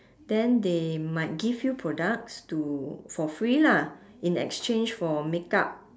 then they might give you products to for free lah in exchange for makeup